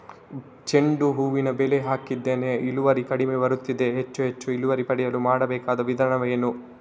ಚೆಂಡು ಹೂವಿನ ಬೆಳೆ ಹಾಕಿದ್ದೇನೆ, ಇಳುವರಿ ಕಡಿಮೆ ಬರುತ್ತಿದೆ, ಹೆಚ್ಚು ಹೆಚ್ಚು ಇಳುವರಿ ಪಡೆಯಲು ಮಾಡಬೇಕಾದ ವಿಧಾನವೇನು?